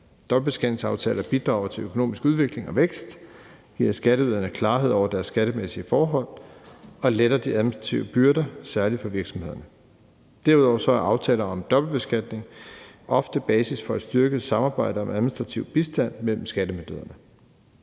Dobbeltbeskatningsaftaler bidrager til økonomisk udvikling og vækst, giver skatteyderne klarhed over deres skattemæssige forhold og letter de administrative byrder, særlig for virksomhederne. Derudover er aftaler om dobbeltbeskatning ofte basis for et styrket samarbejde og en administrativ bistand mellem skattemyndighederne.